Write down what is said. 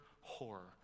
horror